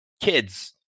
kids